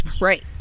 Right